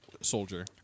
soldier